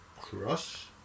Crush